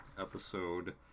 episode